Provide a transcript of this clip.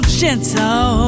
gentle